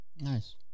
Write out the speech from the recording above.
Nice